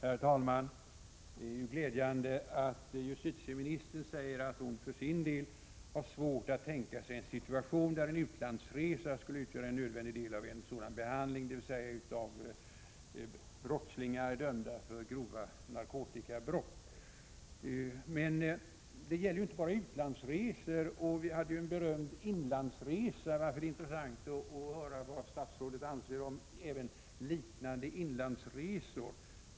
Herr talman! Det är glädjande att justitieministern säger: ”Jag har för egen del svårt att tänka mig en situation där en utlandsresa skulle utgöra en nödvändig del av en sådan behandling” — dvs. en behandling av brottslingar dömda för grova narkotikabrott. Men det handlar inte bara om utlandsresor. Vi hade ju också en berömd inlandsresa, varför det är intressant att höra vad statsrådet anser även om liknande inlandsresor.